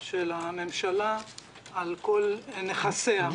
של הממשלה על כל נכסיה.